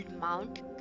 Mount